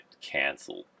cancelled